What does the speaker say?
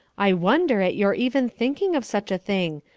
i wonder at your even thinking of such a thing,